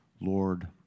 Lord